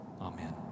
Amen